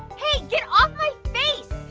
hey, get off my face.